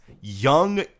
young